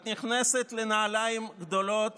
את נכנסת לנעליים גדולות